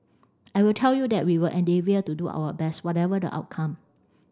I will tell you that we will endeavour to do our best whatever the outcome